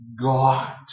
God